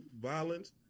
violence